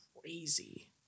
crazy